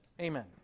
Amen